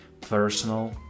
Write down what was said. personal